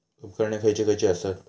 उपकरणे खैयची खैयची आसत?